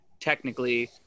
technically